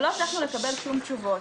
לא הצלחנו לקבל תשובות.